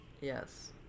Yes